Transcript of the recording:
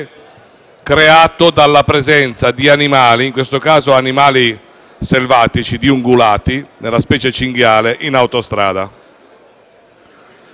creato dalla presenza di animali, in questo caso selvatici, ovvero ungulati, della specie cinghiale, in autostrada.